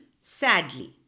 sadly